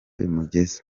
imugeza